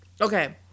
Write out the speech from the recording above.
Okay